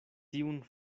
tiun